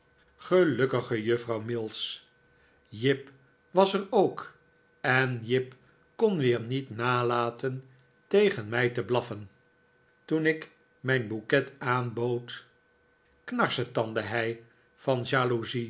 gelukkige juffrouw david copperfield mills jip was er ook en jip kon weer niet nalaten tegen mij te blaffen toen ik mijn bouquet aanbood knarsetandde hij van